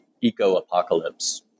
eco-apocalypse